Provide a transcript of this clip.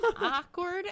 awkward